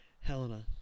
Helena